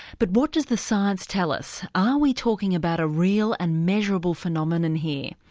but what does the science tell us? are we talking about a real and measurable phenomenon here?